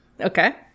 okay